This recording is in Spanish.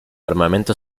armamento